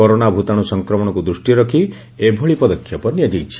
corona ଭୂତାଶୁ ସଂକ୍ରମଣକୁ ଦୂଷ୍ଟିରେ ରଖି ଏଭଳି ପଦକ୍ଷେପ ନିଆଯାଇଛି